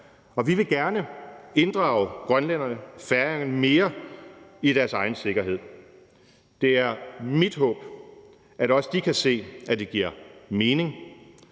Og vi vil gerne inddrage grønlænderne og færingerne mere i deres egen sikkerhed. Det er mit håb, at også de kan se, at det giver mening.